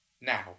Now